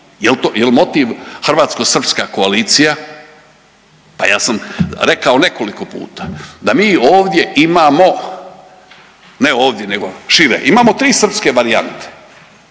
Jel' motiv hrvatsko-srpska koalicija? Pa ja sam rekao nekoliko puta da mi ovdje imamo, ne ovdje nego šire, imamo tri srpske varijante.